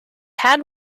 had